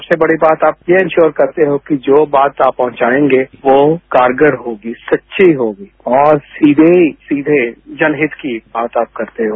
सबसे बड़ी बात आप ये एश्योर करते हो कि जो बात आप पहचाएंगे वो कारगर होगी सच्ची होगी और सीधे जनसित की बात आप े करते हो